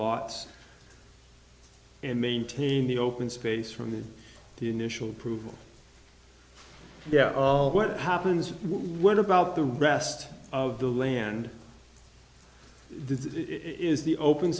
lots and maintain the open space from the initial approval what happens what about the rest of the land is the open